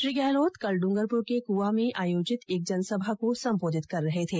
श्री गहलोत कल डूंगरपुर के कुआ में आयोजित एक जनसभा को संबोधित कर रहे थे